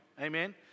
amen